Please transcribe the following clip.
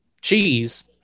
cheese